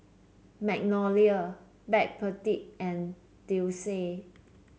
Magnolia Backpedic and Delsey